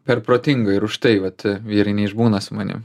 per protinga ir už tai vat vyrai neišbūna su manim